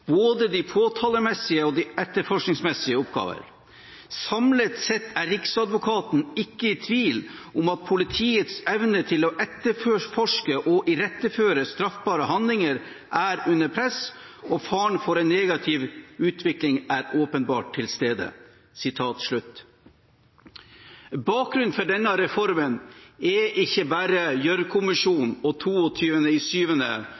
både de påtalemessige og etterforskningsmessige oppgaver.» «Samlet sett er riksadvokaten ikke i tvil om at politiets evne til å etterforske og iretteføre straffbare handlinger er under press, og faren for en negativ utvikling er åpenbart til stede.» Bakgrunnen for denne reformen er ikke bare Gjørv-kommisjonen og 22. juli sin alvorlige dom over beredskapen og sikkerheten. Det er blitt tatt rev i